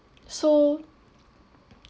so